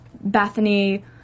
Bethany